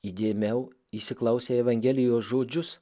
įdėmiau įsiklausę į evangelijos žodžius